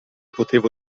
potevo